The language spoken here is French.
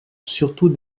surtout